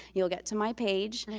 you'll get to my page.